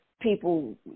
people